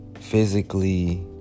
physically